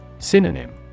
Synonym